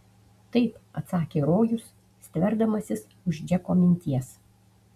taip atsakė rojus stverdamasis už džeko minties